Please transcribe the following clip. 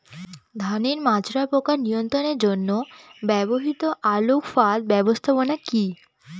ধানের মাজরা পোকা নিয়ন্ত্রণের জন্য ব্যবহৃত আলোক ফাঁদ ব্যবস্থাপনা কি?